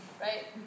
right